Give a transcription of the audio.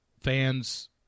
fans